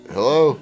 Hello